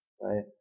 right